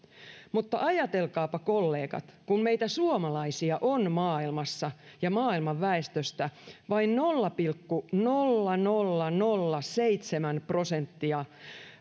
mutta ajatelkaapa kollegat kun meitä suomalaisia on maailmassa ja maailman väestöstä vain nolla pilkku nolla nolla nolla seitsemän prosenttia